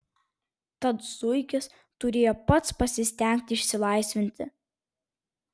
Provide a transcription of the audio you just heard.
tad zuikis turėjo pats pasistengti išsilaisvinti